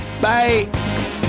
Bye